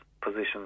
positions